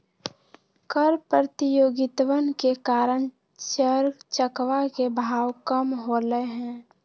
कर प्रतियोगितवन के कारण चर चकवा के भाव कम होलय है